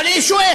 אבל אני שואף,